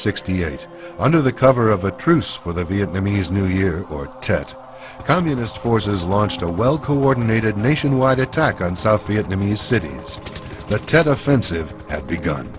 sixty eight under the cover of a truce for the vietnamese new year or tet the communist forces launched a well coordinated nationwide attack on south vietnamese cities the tet offensive had begun